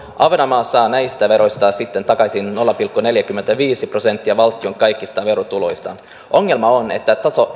ahvenanmaa saa näistä veroista sitten takaisin nolla pilkku neljäkymmentäviisi prosenttia valtion kaikista verotuloista ongelma on että